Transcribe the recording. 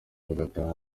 bagataha